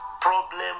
problem